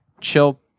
chill